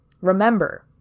Remember